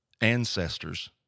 ancestors